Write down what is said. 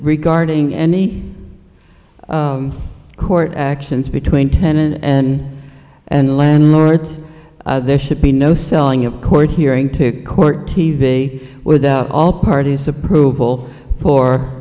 regarding any court actions between ten and and and landlords there should be no selling a court hearing to court t v without all parties approval for